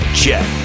jet